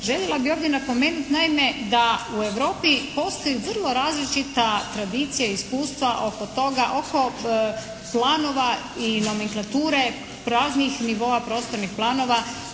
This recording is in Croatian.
Željela bih ovdje napomenuti, naime da u Europi postoje vrlo različita tradicija i iskustva oko toga, oko planova i nomenklature praznih nivoa prostornih planova